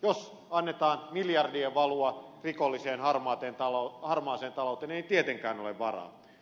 jos annetaan miljardien valua rikolliseen harmaaseen talouteen niin ei tietenkään ole varaa